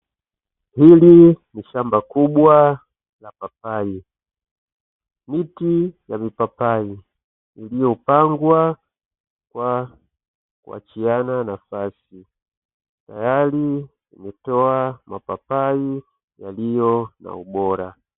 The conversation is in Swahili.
Hili ni shamba kubwa la papai miti ya mipapai imestawi iliyopandwa kwa kuachiana nafasi tayari kutoa mapapai yaliyo na ubora.